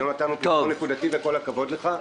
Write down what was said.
היום נתנו פתרון נקודתי וכל הכבוד לך גפני.